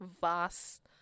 vast